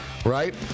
Right